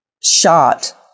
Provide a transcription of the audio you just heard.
shot